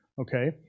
okay